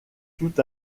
tout